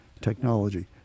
technology